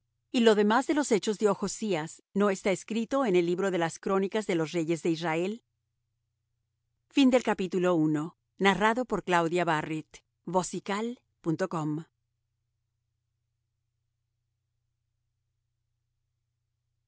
lugar lo demás de los hechos de zachrías he aquí está escrito en el libro de las crónicas de los reyes de israel